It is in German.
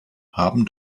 haben